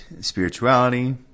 spirituality